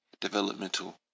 developmental